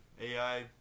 AI